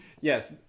yes